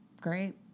great